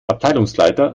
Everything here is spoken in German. abteilungsleiter